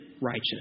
righteous